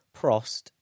Prost